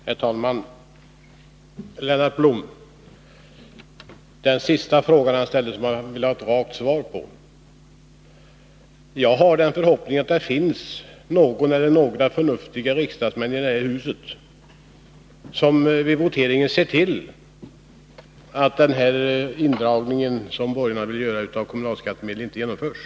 Herr talman! Jag skall besvara den fråga som Lennart Blom senast ställde och som han ville ha ett rakt svar på: Jag har förhoppningen att det finns någon eller några förnuftiga riksdagsmän i det här huset, som vid voteringen ser till att den indragning av kommunalskattemedel som borgarna vill göra inte genomförs.